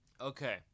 Okay